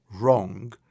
wrong